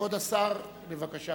כבוד השר, בבקשה,